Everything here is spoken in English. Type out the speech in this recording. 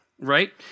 right